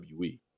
WWE